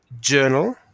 journal